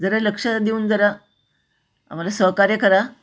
जरा लक्ष देऊन जरा आम्हाला सहकार्य करा